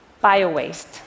bio-waste